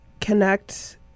connect